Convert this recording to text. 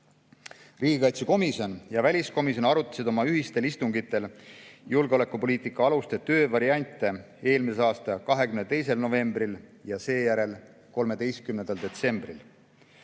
Riigikaitsekomisjon ja väliskomisjon arutasid oma ühistel istungitel julgeolekupoliitika aluste töövariante eelmise aasta 22. novembril ja seejärel 13. detsembril.